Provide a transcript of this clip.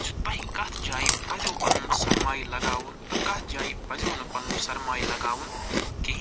زِ تۄہہِ کَتھ جایہِ پزیو پنُن سرمایہِ لگاوُن تہٕ کَتھ جایہِ پزیو نہٕ پنُن سرمایہِ لگاوُن کِہیٖنۍ نہٕ